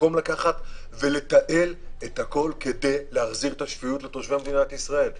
במקום לתעל הכול כדי להחזיר את השפיות לתושבי מדינת ישראל.